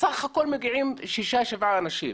בסך הכול מגיעים שישה-שבעה אנשים.